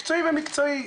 מקצועי ומקצועי.